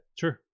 sure